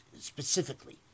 specifically